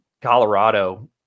Colorado